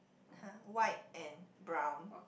!huh! white and brown